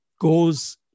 goes